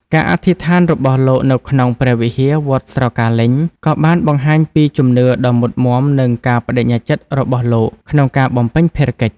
ការអធិដ្ឋានរបស់លោកនៅក្នុងព្រះវិហារវត្តស្រកាលេញ ក៏បានបង្ហាញពីជំនឿដ៏មុតមាំនិងការប្តេជ្ញាចិត្តរបស់លោកក្នុងការបំពេញភារកិច្ច។